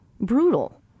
brutal